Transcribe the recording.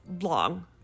long